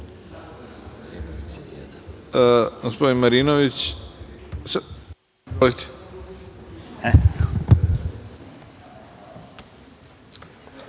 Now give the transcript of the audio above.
Hvala.